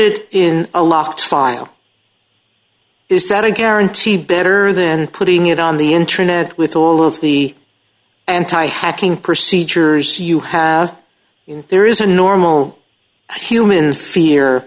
it in a locked file is that a guarantee better than putting it on the internet with all of the anti hacking procedures you have in there is a normal human fe